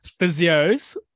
physios